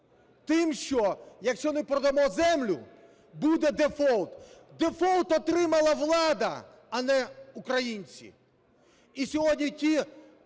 тим, що, якщо не продамо землю, буде дефолт. Дефолт отримала влада, а не українці.